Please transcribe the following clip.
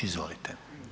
Izvolite.